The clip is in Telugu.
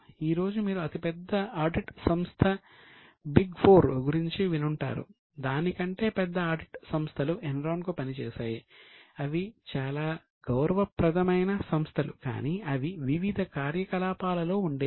ఈ రోజు మీరు అతిపెద్ద ఆడిట్ సంస్థ బిగ్ ఫోర్ గురించి వినుంటారు దాని కంటే పెద్ద ఆడిట్ సంస్థలు ఎన్రాన్ కు పని చేశాయి అవి చాలా గౌరవ ప్రదమైన సంస్థలు కానీ అవి వివిధ కార్యకలాపాలలో ఉండేవి